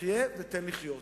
"חיה ותן לחיות".